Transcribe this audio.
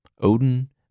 Odin